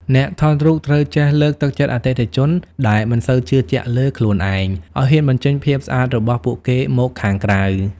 អ្នកថតរូបត្រូវចេះលើកទឹកចិត្តអតិថិជនដែលមិនសូវជឿជាក់លើខ្លួនឯង ឱ្យហ៊ានបញ្ចេញភាពស្អាតរបស់ពួកគេមកខាងក្រៅ។